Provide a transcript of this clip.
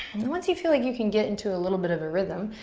and once you feel like you can get into a little bit of a rhythm,